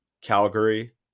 Calgary